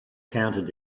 counted